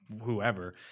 Whoever